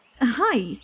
Hi